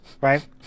Right